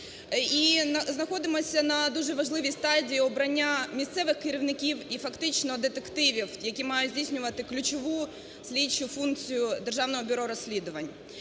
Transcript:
І знаходимося на дуже важливій стадії обрання місцевих керівників і фактично детективів, які мають здійснювати ключову слідчу функцію Державного бюро розслідувань.